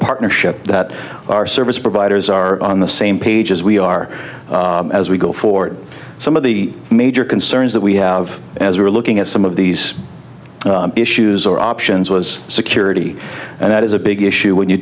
partnership that our service providers are on the same page as we are as we go forward some of the major concerns that we have as we're looking at some of these issues or options was security and that is a big issue when you